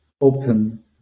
open